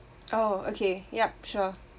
oh okay yup sure